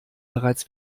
bereits